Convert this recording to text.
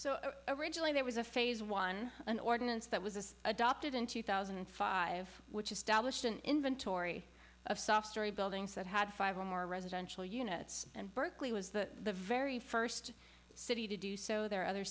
so originally there was a phase one an ordinance that was adopted in two thousand and five which is stablished an inventory of soft story buildings that had five or more residential units and berkeley was the very first city to do so there are other